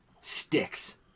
sticks